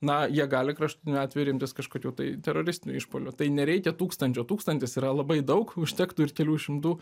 na jie gali kraštiniu atveju ir imtis kažkokių tai teroristinių išpuolių tai nereikia tūkstančio tūkstantis yra labai daug užtektų ir kelių šimtų